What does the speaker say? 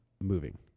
moving